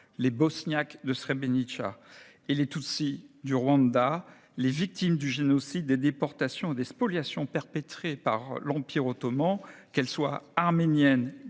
les Bosniaques de Srebrenica et les Tutsis du Rwanda, les victimes du génocide, des déportations et des spoliations perpétrés par l'Empire ottoman en 1915, qu'elles soient arméniennes,